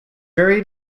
very